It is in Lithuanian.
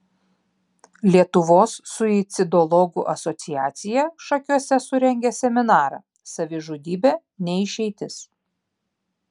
lietuvos suicidologų asociacija šakiuose surengė seminarą savižudybė ne išeitis